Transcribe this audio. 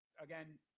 Again